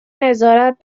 نظارت